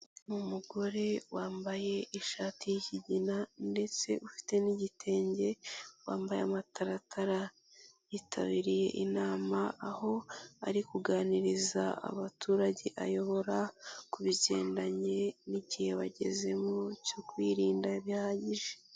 Umugore wambaye ishati y'ikigina ndetse ufite n'igitenge wambaye amataratara yitabiriye inama aho ari kuganiriza abaturage ayobora ku bigendanye n'igihe bagezeho cyo kwirinda bihagije.